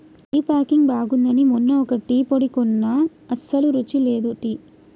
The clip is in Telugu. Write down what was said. టీ ప్యాకింగ్ బాగుంది అని మొన్న ఒక టీ పొడి కొన్న అస్సలు రుచి లేదు టీ